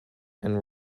and